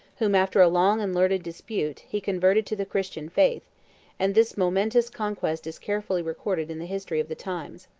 whom, after a long and learned dispute, he converted to the christian faith and this momentous conquest is carefully recorded in the history of the times.